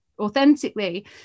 authentically